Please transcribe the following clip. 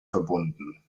verbunden